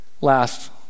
Last